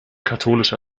katholisch